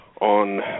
on